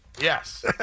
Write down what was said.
Yes